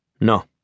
No